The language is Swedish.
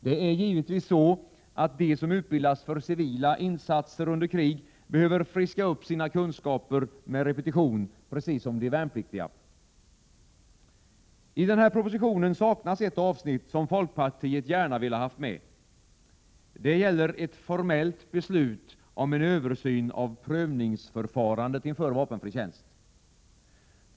Det är givetvis så, att de som utbildas för civila insatser under krig behöver friska upp sina kunskaper genom repetition, precis som de värnpliktiga. I den här propositionen saknas ett avsnitt som folkpartiet gärna ville ha med. Det gäller ett formellt beslut om en översyn av prövningsförfarandet inför vapenfri tjänst.